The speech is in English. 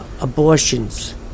abortions